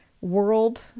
world